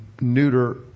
neuter